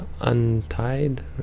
untied